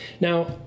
Now